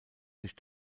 sich